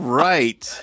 right